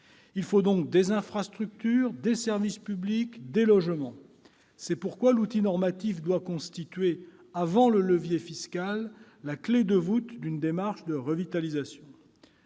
Il faut donc des infrastructures, des services publics et des logements. C'est pourquoi l'outil normatif doit constituer, avant le levier fiscal, la clé de voûte d'une démarche de revitalisation.